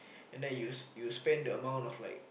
and then you you spend the amount was like